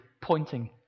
pointing